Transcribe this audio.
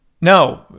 No